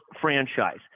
franchise